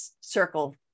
circle